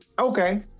Okay